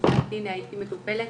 הייתי מטופלת,